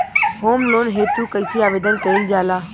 Home loan हेतु कइसे आवेदन कइल जाला?